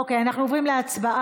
אוקיי, אנחנו עוברים להצבעה.